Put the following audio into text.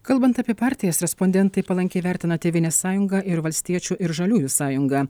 kalbant apie partijas respondentai palankiai vertina tėvynės sąjungą ir valstiečių ir žaliųjų sąjungą